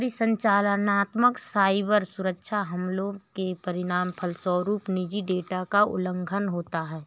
परिचालनात्मक साइबर सुरक्षा हमलों के परिणामस्वरूप निजी डेटा का उल्लंघन होता है